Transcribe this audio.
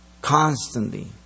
constantly